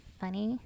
funny